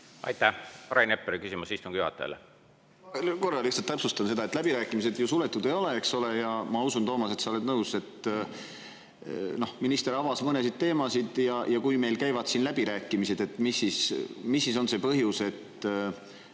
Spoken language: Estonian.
Aitäh! Rain Epleri küsimus istungi juhatajale. Ma korra lihtsalt täpsustan seda, et läbirääkimised ju suletud ei ole, eks ole, ja ma usun, Toomas, et sa oled nõus, et minister avas mõnesid teemasid. Kui meil käivad siin läbirääkimised, mis siis on see põhjus, miks